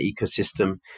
ecosystem